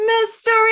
mystery